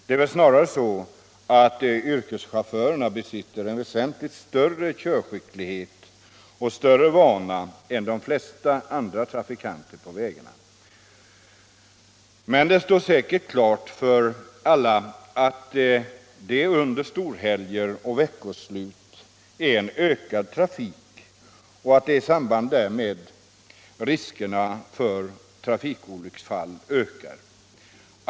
Det är väl snarare så att yrkeschaufförerna besitter en väsentligt större körskicklighet och vana än de flesta andra trafikanter på vägnarna. Det står emellertid klart för alla att den ökade trafiken under storhelger och veckoslut gör att också riskerna för olycksfall ökar.